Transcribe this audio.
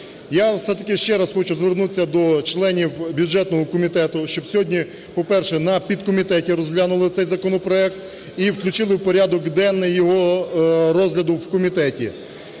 Я все-таки ще раз хочу звернутися до членів бюджетного комітету, щоб сьогодні, по-перше, на підкомітеті розглянули цей законопроект і включили в порядок денний його розгляду в комітеті.